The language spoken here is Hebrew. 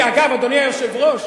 אגב, אדוני היושב-ראש,